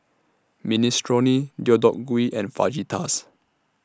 Minestrone Deodeok Gui and Fajitas